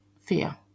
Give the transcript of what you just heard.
fear